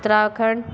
Uttarakhand